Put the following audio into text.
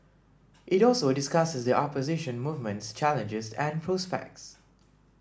it also discusses the opposition movement's challenges and prospects